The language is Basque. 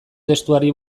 testuari